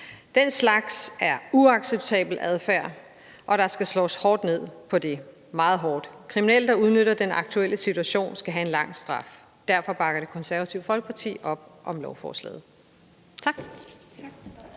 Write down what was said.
Den slags er uacceptabel adfærd, og der skal slås hårdt ned på det – meget hårdt. Kriminelle, der udnytter den aktuelle situation, skal have en lang straf. Derfor bakker Det Konservative Folkeparti op om lovforslaget. Kl.